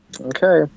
Okay